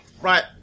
Right